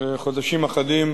זה חודשים אחדים